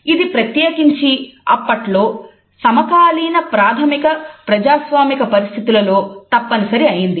ఇది ప్రత్యేకించి అప్పట్లో సమకాలీన ప్రాథమిక ప్రజాస్వామిక పరిస్థితులలో తప్పనిసరి అయినది